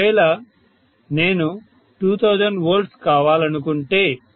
ఒకవేళ నేను 2000V కావాలనుకుంటే